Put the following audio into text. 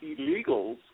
illegals